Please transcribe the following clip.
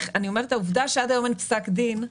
העובדה שעד היום אין פסק דין,